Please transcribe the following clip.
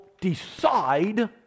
decide